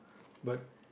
but